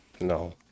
No